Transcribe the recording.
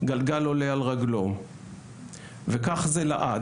גלגל עולה על רגלו וכך זה לעד,